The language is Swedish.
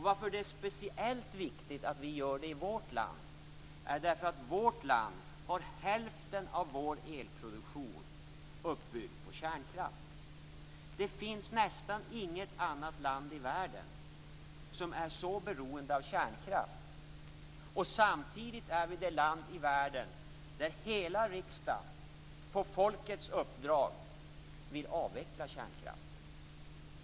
Varför det är speciellt viktigt att vi gör det i vårt land är att vi i vårt land har hälften av vår elproduktion uppbyggd på kärnkraft. Det finns nästan inget annat land i världen som är så beroende av kärnkraft. Samtidigt är Sverige det land i världen där hela riksdagen på folkets uppdrag vill avveckla kärnkraften.